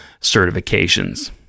certifications